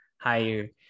higher